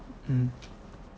mm